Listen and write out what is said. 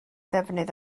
defnydd